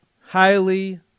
highly